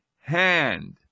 hand